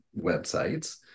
websites